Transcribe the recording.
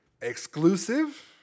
exclusive